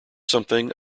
something